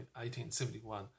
1871